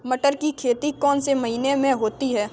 मटर की खेती कौन से महीने में होती है?